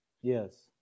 yes